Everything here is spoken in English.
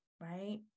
right